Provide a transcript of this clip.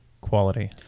quality